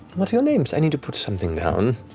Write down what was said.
what are your names, i need to put something down.